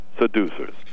seducers